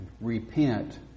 Repent